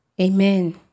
Amen